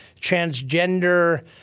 transgender